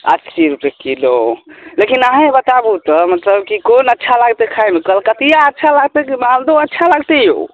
अस्सी रुपए किलो हँ लेकिन अहेँ बताबु तऽ मतलब की कोन अच्छा लागतै खायमे कलकतिआ अच्छा लागतै कि मालदहो अच्छा लगतै यो